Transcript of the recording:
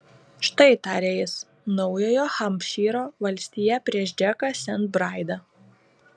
štai tarė jis naujojo hampšyro valstija prieš džeką sent braidą